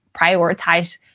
Prioritize